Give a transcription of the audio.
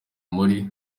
muri